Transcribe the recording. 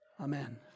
Amen